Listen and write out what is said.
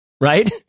Right